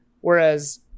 whereas